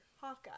Hawkeye